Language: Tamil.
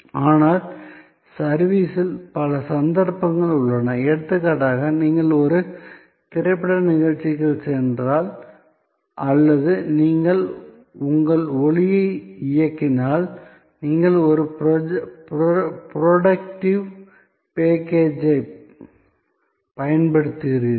ஆனால் சர்விஸ் இல் பல சந்தர்ப்பங்கள் உள்ளன எடுத்துக்காட்டாக நீங்கள் ஒரு திரைப்பட நிகழ்ச்சிக்குச் சென்றால் அல்லது நீங்கள் உங்கள் ஒளியை இயக்கினால் நீங்கள் ஒரு ப்ரொடக்டிவ் பேக்கேஜ் ஐப் பயன்படுத்துகிறீர்கள்